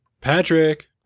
Patrick